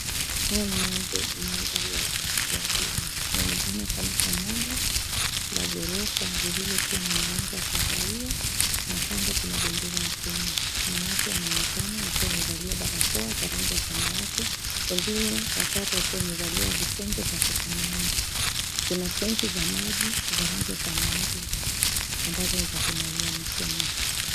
Haya ni mandhari ya kuabudu kunaonekana kanisa moja la gorofa lililo kuwa na mlango wa kahawia na kando kuna bendera ya Kenya, kuna watu wanaonekana wakiwa wamevalia barakoa za rangi ya samawati wengine watatu wakiwa wamevalia vitenge vya kufanana kuna tenki za maji za rangi ya samawati ambazo ni za kunawia mikono.